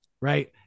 right